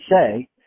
say